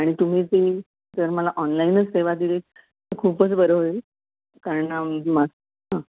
आणि तुम्ही ते जर मला ऑनलाईनच सेवा दिली तर खूपच बरं होईल कारण मग हां